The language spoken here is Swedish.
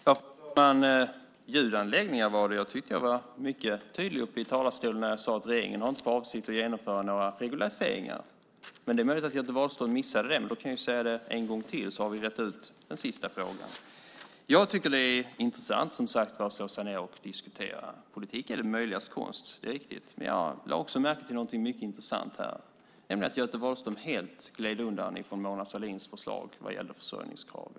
Fru talman! Ljudanläggningen var det. Jag tyckte att jag var mycket tydlig i talarstolen när jag sade att regeringen inte har för avsikt att genomföra några regulariseringar. Det är möjligt att Göte Wahlström missade det, men jag kan säga det en gång till så har vi rett ut den sista frågan. Jag tycker att det är intressant, som sagt var, att slå sig ned och diskutera. Politik är det möjligas konst. Det är riktigt. Men jag lade också märke till någonting mycket intressant, nämligen att Göte Wahlström helt gled undan från Mona Sahlins förslag vad gäller försörjningskravet.